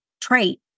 trait